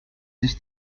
sich